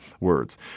words